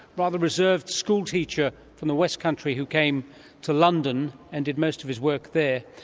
rather reserved schoolteacher from the west country who came to london and did most of his work there,